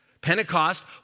Pentecost